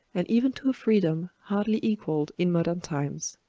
and even to a freedom hardly equalled in modern times.